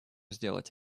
сделать